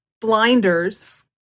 blinders